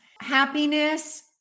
happiness